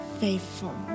faithful